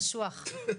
קשוח.